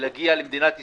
ולהגיע למדינת ישראל.